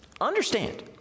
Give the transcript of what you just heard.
understand